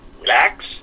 relax